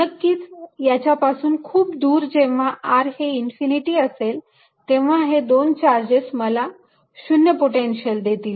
नक्कीच याच्या पासून खूप दूर जेव्हा r हे इन्फिनिटी असेल तेव्हा हे दोन चार्जेस मला 0 पोटेन्शियल देतील